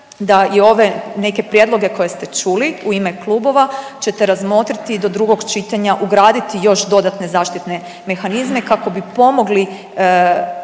da i ove neke prijedloge koje ste čuli u ime klubova ćete razmotriti do drugog čitanja, ugraditi još dodatne zaštitne mehanizme kako bi pomogli